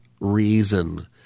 reason